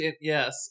Yes